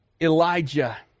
Elijah